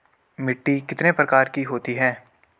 मिट्टी कितने प्रकार की होती है?